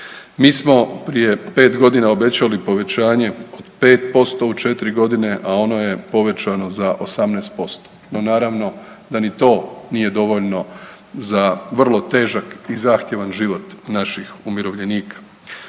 Mi smo prije 5 godina obećali povećanje od 5% u 4 godine, a ono je povećano za 18% no naravno da ni to nije dovoljno za vrlo težak i zahtjevan život naših umirovljenika.